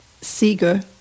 Seeger